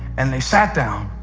and they sat down.